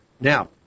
Now